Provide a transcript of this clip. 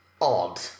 odd